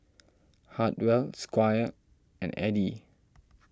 Hartwell Squire and Edie